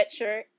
sweatshirt